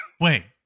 wait